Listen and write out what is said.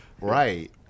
right